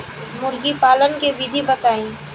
मुर्गीपालन के विधी बताई?